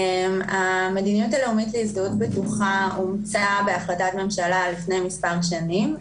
המדיניות הלאומית להזדהות בטוחה אומצה בהחלטת ממשלה לפני מספר שנים,